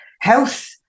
health